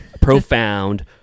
profound